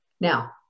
Now